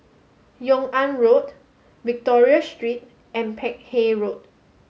Yung An Road Victoria Street and Peck Hay Road